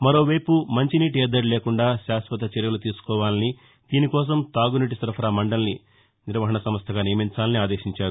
మరోవైపు మంచినీటి ఎద్దడి లేకుండా శాశ్వత చర్యలు తీసుకోవాలని దీనికోసం తాగునీటి సరఫరా మండలిని నిర్వహణ సంస్థగా నియమించాలని ఆదేశించారు